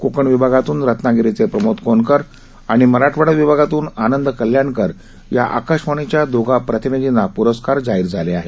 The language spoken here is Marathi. कोकण विभागातून रत्नागिरीचे प्रमोद कोनकर आणि मराठावाडा विभागातून आनंद कल्याणकर या आकाशवाणीच्या दोघा प्रतिनिधींना प्रस्कार जाहीर झाले आहेत